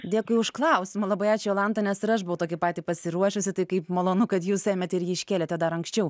dėkui už klausimą labai ačiū jolanta nes ir aš buvau tokį patį pasiruošusi tai kaip malonu kad jūs ėmėt ir jį iškėlėte dar anksčiau